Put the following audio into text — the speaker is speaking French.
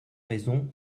raison